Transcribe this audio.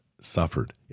suffered